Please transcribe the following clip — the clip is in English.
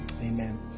amen